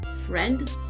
Friend